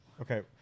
Okay